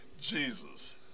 Jesus